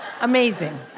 amazing